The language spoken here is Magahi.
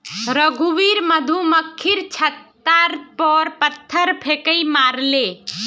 रघुवीर मधुमक्खीर छततार पर पत्थर फेकई मारले